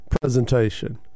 presentation